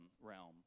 realm